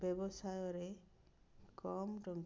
ବ୍ୟବସାୟରେ କମ୍ ଟଙ୍କା